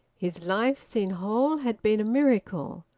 his life, seen whole, had been a miracle.